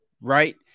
Right